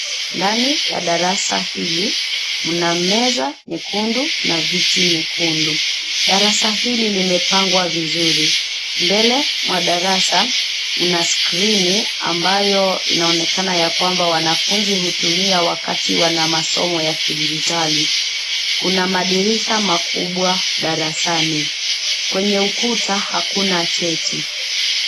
Ndani ya darasa hili, mna meza nyekundu, na viti nyekundu. Darasa hili limepangwa vizuri. Mbele mwa darasa kuna skrini, ambayo inaonekana ya kwamba wanafunzi hutumia wakati wana masomo ya kidijitali. Kuna madirisha makubwa darasani. Kwenye ukuta, hakuna cheti.